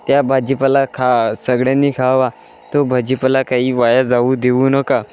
त्या भाजीपाला खा सगळ्यांनी खावा तो भाजीपाला काही वाया जाऊ देऊ नका